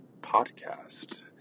podcast